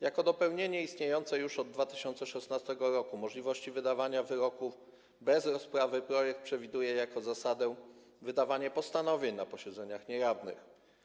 Jako dopełnienie istniejącej już od 2016 r. możliwości wydawania wyroku bez rozprawy projekt przewiduje jako zasadę wydawanie postanowień na posiedzeniach niejawnych.